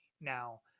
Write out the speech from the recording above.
Now